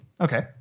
Okay